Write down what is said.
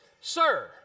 Sir